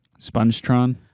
Spongetron